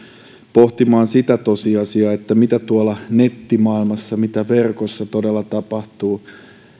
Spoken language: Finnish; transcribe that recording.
pohtimaan sitä tosiasiaa mitä tuolla nettimaailmassa verkossa todella tapahtuu